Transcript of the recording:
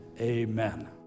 Amen